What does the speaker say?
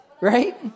Right